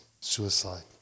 suicide